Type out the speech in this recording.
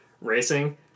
racing